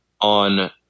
on